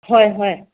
ꯍꯣꯏ ꯍꯣꯏ